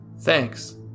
Thanks